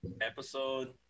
episode